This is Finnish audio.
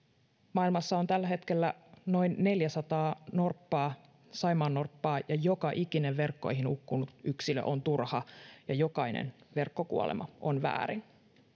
maailmassa on tällä hetkellä noin neljäsataa saimaannorppaa ja joka ikinen verkkoihin hukkunut yksilö on turha ja jokainen verkkokuolema on väärin